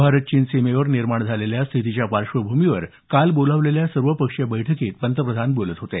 भारत चीन सीमेवर निर्माण झालेल्या स्थितीच्या पार्श्वभूमीवर काल बोलावलेल्या सर्वपक्षीय बैठकीत पंतप्रधान बोलत होते